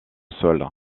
sol